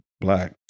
black